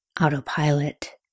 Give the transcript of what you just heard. autopilot